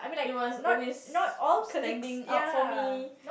he was always standing up for me